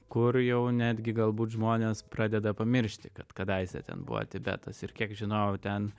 kur jau netgi galbūt žmonės pradeda pamiršti kad kadaise ten buvo tibetas ir kiek žinau ten